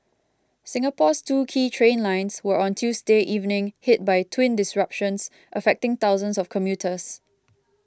Singapore's two key train lines were on Tuesday evening hit by twin disruptions affecting thousands of commuters